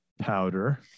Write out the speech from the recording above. Powder